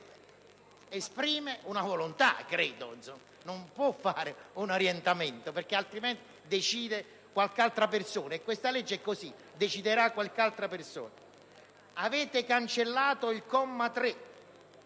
Esprime una volontà, credo; non può dare un orientamento, altrimenti decide qualche altra persona. Questa legge è così, deciderà qualche altra persona. Avete cancellato il comma 3,